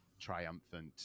triumphant